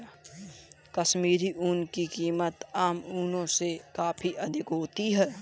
कश्मीरी ऊन की कीमत आम ऊनों से काफी अधिक होती है